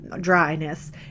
dryness